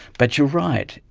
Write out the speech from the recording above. but you're right,